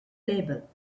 label